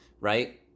Right